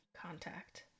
contact